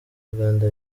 uganda